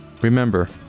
remember